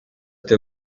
they